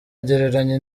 agereranya